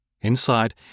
Inside